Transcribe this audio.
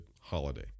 holiday